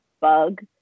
bug